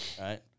right